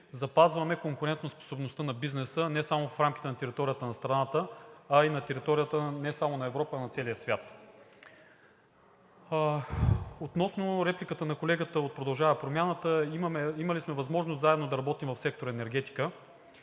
запазваме конкурентоспособността на бизнеса не само в рамките на територията на страната, но и на територията не само на Европа, а и на целия свят. Относно репликата на колегата от „Продължаваме Промяната“ – имали сме възможност заедно да работим в сектор „Енергетика“,